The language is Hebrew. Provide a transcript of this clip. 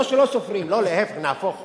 לא שלא סופרים, לא, נהפוך הוא.